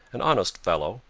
an honest fellow,